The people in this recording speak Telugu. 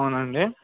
అవును అండి